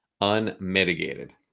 Unmitigated